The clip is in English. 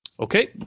Okay